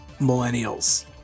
millennials